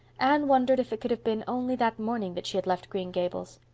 anne wondered if it could have been only that morning that she had left green gables.